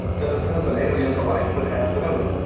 citizens and aliens alike, would have to move.